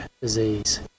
disease